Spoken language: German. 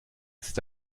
ist